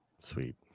Sweet